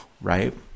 right